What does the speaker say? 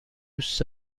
دوست